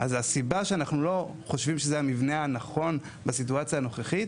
אז הסיבה שאנחנו לא חושבים שזה המבנה הנכון בסיטואציה הנוכחית,